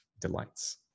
delights